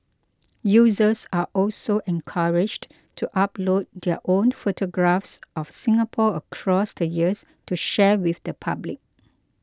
users are also encouraged to upload their own photographs of Singapore across the years to share with the public